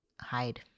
hide